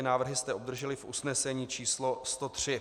Návrhy jste obdrželi v usnesení číslo 103.